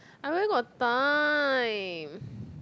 I where got time